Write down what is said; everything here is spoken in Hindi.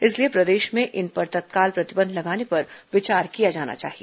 इसलिए प्रदेश में इन पर तत्काल प्रतिबंध लगाने पर विचार किया जाना चाहिए